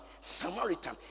Samaritan